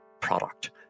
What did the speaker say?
product